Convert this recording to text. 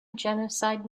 genocide